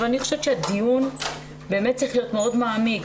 אבל אני חושבת שהדיון באמת צריך להיות מאוד מעמיק.